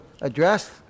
address